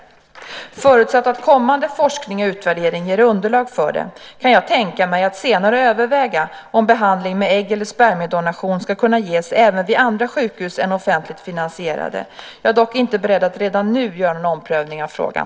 Förutsatt att kommande forskning och utvärdering ger underlag för det kan jag tänka mig att senare överväga om behandling med ägg eller spermiedonation ska kunna ges även vid andra sjukhus än offentligt finansierade. Jag är dock inte beredd att redan nu göra någon omprövning av frågan.